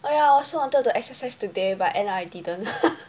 I also wanted to exercise today but end up I didn't